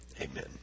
amen